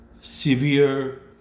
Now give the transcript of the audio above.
severe